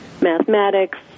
mathematics